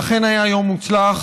אכן, היה יום מוצלח,